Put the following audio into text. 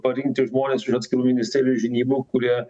parinkti žmones iš atskirų ministerijų žinybų kurie